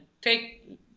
take